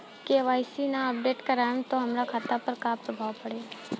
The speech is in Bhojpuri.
के.वाइ.सी ना अपडेट करवाएम त हमार खाता पर का प्रभाव पड़ी?